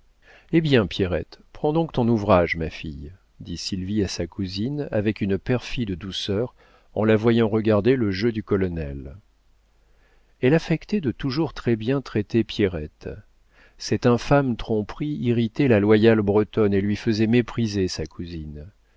eh bien pierrette prends donc ton ouvrage ma fille dit sylvie à sa cousine avec une perfide douceur en la voyant regarder le jeu du colonel elle affectait de toujours très-bien traiter pierrette en public cette infâme tromperie irritait la loyale bretonne et lui faisait mépriser sa cousine